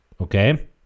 okay